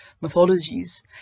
mythologies